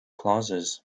clauses